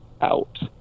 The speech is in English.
out